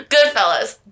Goodfellas